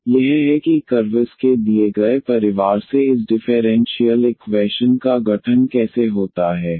तो यह है कि कर्वस के दिए गए परिवार से इस डिफेरेंशीयल इक्वैशन का गठन कैसे होता है